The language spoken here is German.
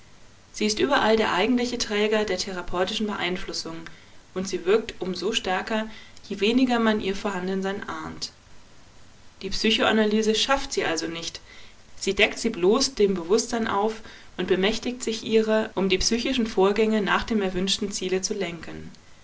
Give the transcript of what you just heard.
sie ist überall der eigentliche träger der therapeutischen beeinflussung und sie wirkt um so stärker je weniger man ihr vorhandensein ahnt die psychoanalyse schafft sie also nicht sie deckt sie bloß dem bewußtsein auf und bemächtigt sich ihrer um die psychischen vorgänge nach dem erwünschten ziele zu lenken